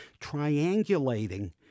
triangulating